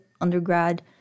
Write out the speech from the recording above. undergrad